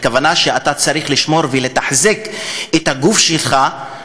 הכוונה היא שאתה צריך לשמור ולתחזק את הגוף שלך.